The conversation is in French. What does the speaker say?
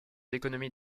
économies